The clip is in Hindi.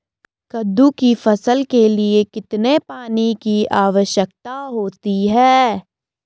कद्दू की फसल के लिए कितने पानी की आवश्यकता होती है?